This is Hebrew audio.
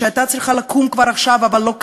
שהייתה צריכה לקום כבר עכשיו אבל לא קמה,